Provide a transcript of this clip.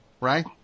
right